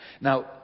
Now